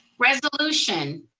resolution.